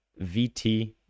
Vt